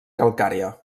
calcària